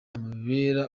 amubera